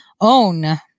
own